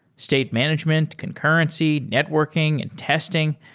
state management, concurrency, networking and testing,